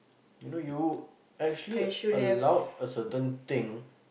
you know you actually allowed a certain thing